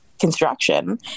construction